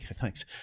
thanks